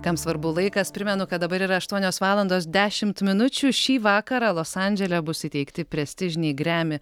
kam svarbu laikas primenu kad dabar yra aštuonios valandos dešimt minučių šį vakarą los andžele bus įteikti prestižiniai grammy